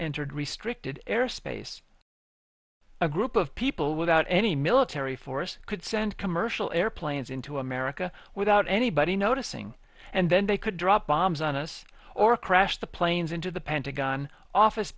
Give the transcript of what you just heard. entered restricted airspace a group of people without any military force could send commercial airplanes into america without anybody noticing and then they could drop bombs on us or crash the planes into the pentagon office